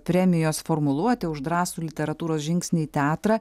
premijos formuluotė už drąsų literatūros žingsnį į teatrą